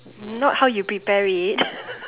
not how you prepare it